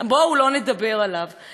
אז אם מכניסים יד